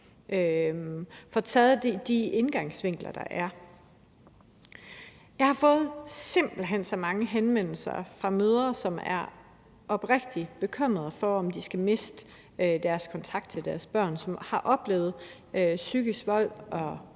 får taget de indgangsvinkler, der er. Jeg har simpelt hen fået så mange henvendelser fra mødre, som er oprigtig bekymrede for, om de skal miste kontakten til deres børn; mødre, som har oplevet psykisk vold og